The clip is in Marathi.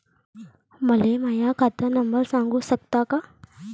मले माह्या खात नंबर सांगु सकता का?